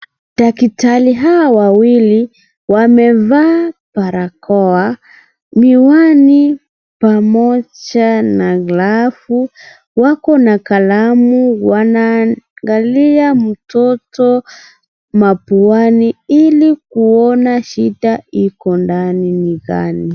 Daktari hawa wawili, wamevaa barakoa ,miwani, pamoja na glavu. Wako na kalamu ,wanaangalia mtoto mapuani ili kuona shida iko ndani ni gani.